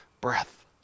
breath